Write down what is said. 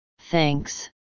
Thanks